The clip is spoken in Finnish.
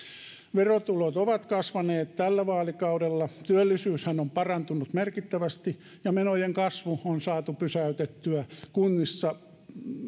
verotulot ovat kasvaneet tällä vaalikaudella työllisyyshän on parantunut merkittävästi ja menojen kasvu on saatu pysäytettyä kunnissa